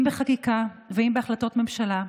אם בחקיקה ואם בהחלטות ממשלה.